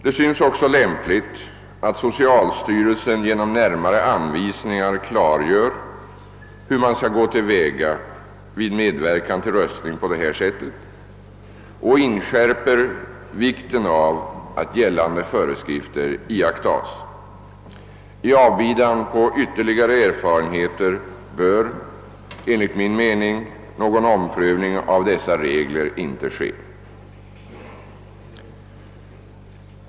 Det synes också lämpligt att socialstyrelsen genom närmare anvisningar klargör hur man skall gå till väga vid medverkan till röstning på detta sätt och inskärper vikten av att gällande föreskrifter iakttas. I avbidan på ytterligare erfarenheter bör enligt min mening någon omprövning av dessa regler inte ske.